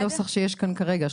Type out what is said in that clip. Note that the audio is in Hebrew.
הנוסח שיש כאן כרגע,